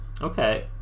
okay